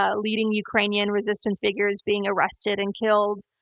ah leading ukrainian resistance figures being arrested and killed,